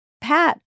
Pat